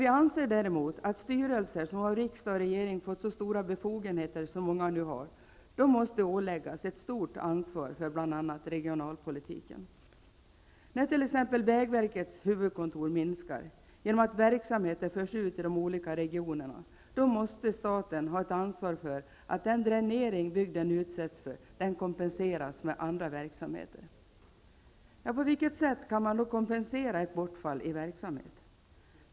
Vi anser däremot att styrelser som av riksdag och regering fått så stora befogenheter, som många nu har, måste åläggas ett stort ansvar för bl.a. regionalpolitiken. När t.ex. vägverkets huvudkontor minskar genom att verksamheter förs ut i de olika regionerna, måste staten ta ett ansvar för att den dränering bygden utsätts för kompenseras med andra verksamheter. På vilket sätt kan man då kompensera ett bortfall i verksamhet?